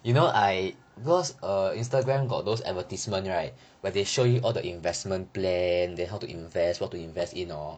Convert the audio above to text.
you know I was cause instagram got those advertisement right where they show you all the investment plan then how to invest what to invest in hor